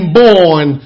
born